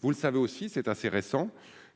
vous le savez aussi, c'est assez récent